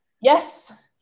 Yes